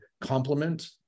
complement